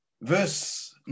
verse